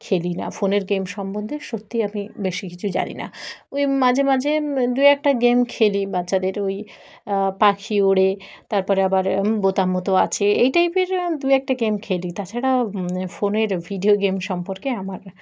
খেলি না ফোনের গেম সম্বন্ধে সত্যি আমি বেশি কিছু জানি না ওই মাঝে মাঝে দু একটা গেম খেলি বাচ্চাদের ওই পাখি ওড়ে তারপরে আবার বোতাম মতো আছে এই টাইপের দু একটা গেম খেলি তাছাড়া ফোনের ভিডিও গেম সম্পর্কে আমার